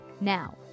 Now